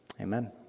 Amen